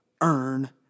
earn